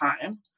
time